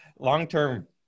Long-term